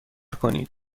کنید